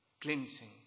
cleansing